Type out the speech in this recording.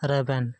ᱨᱮᱵᱮᱱ